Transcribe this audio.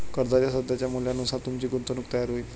कर्जाच्या सध्याच्या मूल्यानुसार तुमची गुंतवणूक तयार होईल